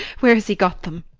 where has he got them?